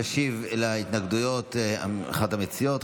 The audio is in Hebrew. תשיב להתנגדויות אחת המציעות,